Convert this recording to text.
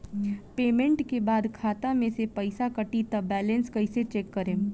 Payment के बाद खाता मे से पैसा कटी त बैलेंस कैसे चेक करेम?